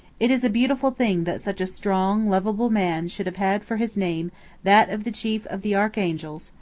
it is a beautiful thing that such a strong, lovable man should have had for his name that of the chief of the archangels,